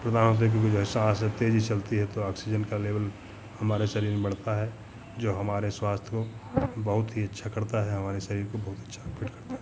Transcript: प्रदान होती है क्योंकि जो है साँस जब तेज़ी से चलती है तो ऑक्सीज़न का लेवल हमारे शरीर में बढ़ता है जो हमारे स्वास्थ्य को बहुत ही अच्छा करता है हमारे शरीर को बहुत अच्छा फ़िट करता है